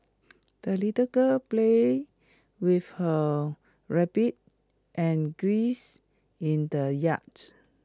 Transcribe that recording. the little girl played with her rabbit and in the yard